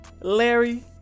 Larry